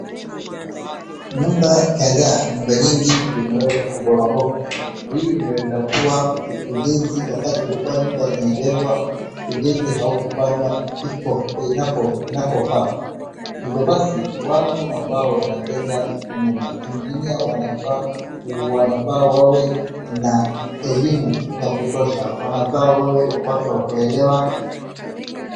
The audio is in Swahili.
Nyumba kadhaa, nyumba nyingi zimeweza kuporomoka. Hii inaweza kuwa ulinzi wakati nyumba zilikuwa zinajengwa ulinzi haukufanywa inapofaa. Hivyo basi, watu ambao wanajenga nyumba, engineer wanafaa wawe na elimu ya kutosha, wanafaa wawe watu wa kuelewa.